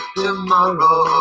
tomorrow